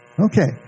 Okay